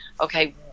okay